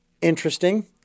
interesting